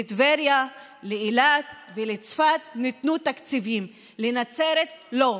לטבריה, לאילת ולצפת ניתנו תקציבים, לנצרת, לא.